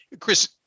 chris